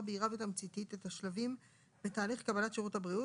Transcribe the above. בהירה ותמציתית את השלבים בתהליך קבלת שירות הבריאות,